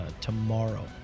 tomorrow